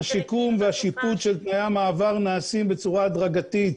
השיקום והשיפוץ של תאי המעבר נעשים בצורה הדרגתית.